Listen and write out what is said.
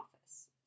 office